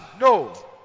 No